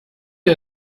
ihr